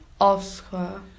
oscar